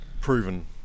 proven